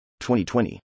2020